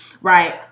right